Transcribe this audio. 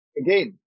again